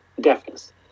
deafness